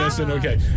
Okay